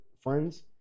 friends